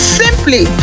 simply